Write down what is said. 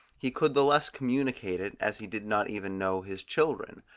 he could the less communicate it as he did not even know his children.